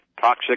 toxic